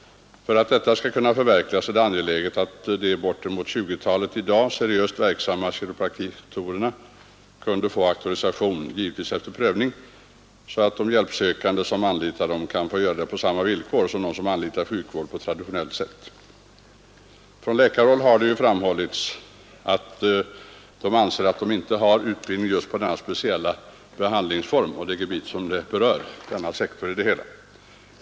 För att detta skall kunna förverkligas är det angeläget att de i dag bortemot 20-talet seriöst arbetande kiropraktorerna får auktorisation, givetvis efter prövning, så att de hjälpsökande, som anlitar dem, kan göra det på samma villkor som när man anlitar sjukvård på traditionellt sätt. Från läkarhåll har det framhållits att läkarna inte anser sig ha utbildning på detta speciella gebit.